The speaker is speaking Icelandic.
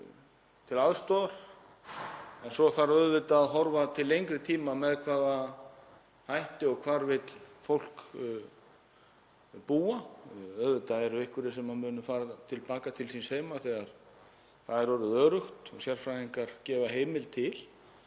til aðstoðar en svo þarf auðvitað að horfa til lengri tíma með hvaða hætti og hvar fólk vill búa. Auðvitað eru einhverjir sem munu fara til baka til síns heima þegar fólk er orðið öruggt og sérfræðingar gefa heimild til.